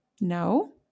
No